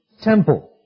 temple